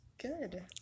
Good